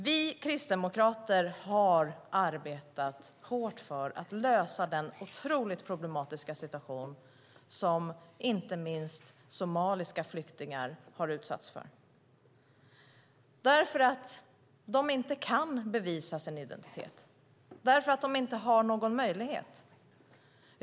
Vi kristdemokrater har arbetat hårt för att lösa den otroligt problematiska situation som inte minst somaliska flyktingar har utsatts för därför att de inte kan bevisa sin identitet. De har inte någon möjlighet att göra det.